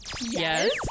yes